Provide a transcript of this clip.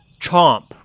Chomp